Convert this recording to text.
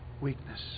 weakness